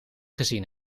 gezien